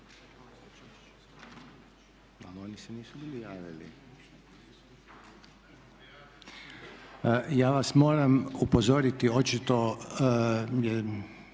Ja vas moram upozoriti očito